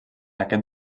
aquest